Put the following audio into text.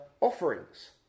offerings